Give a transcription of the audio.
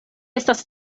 estas